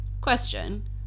Question